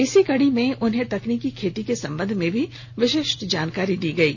इसी कड़ी में उन्हें तकनीकी खेती के सम्बंध में भी विशिष्ट जानकारी दी गयी